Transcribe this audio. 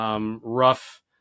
rough